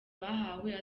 bahawe